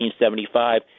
1975